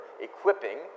equipping